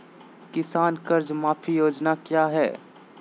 किसान कर्ज माफी योजना क्या है?